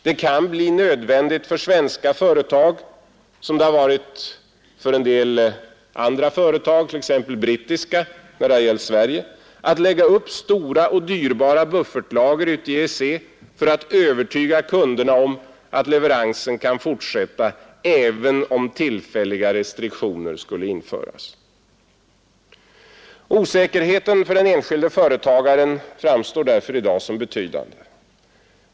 Det kan bli nödvändigt för svenska företag som det har varit för en del andra företag, t.ex. brittiska när det gällt Sverige, att lägga upp stora och dyrbara buffertlager i EEC för att övertyga kunderna om att leveransen kan fortsätta även om tillfälliga restriktioner skulle införas. Osäkerheten för den enskilde företagaren framstår därför i dag som betydande.